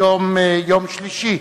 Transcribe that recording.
היום יום שלישי,